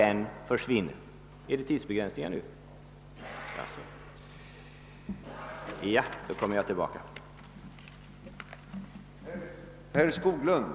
Då min tid nu är ute får jag återkomma senare.